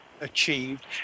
achieved